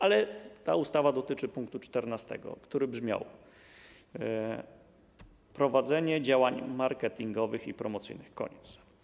Ale ta ustawa dotyczy pkt 14, który brzmiał: prowadzenie działań marketingowych i promocyjnych - koniec.